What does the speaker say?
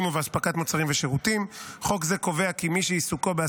יושב-ראש ועדת החוקה, חוק ומשפט,